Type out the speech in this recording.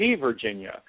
Virginia